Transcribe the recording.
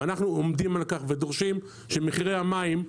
ואנחנו עומדים על כך ודורשים שמחירי המים,